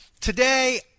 today